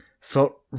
felt